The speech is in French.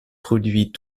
produits